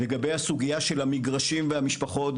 לגבי הסוגיה של המגרשים והמשפחות,